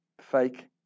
Fake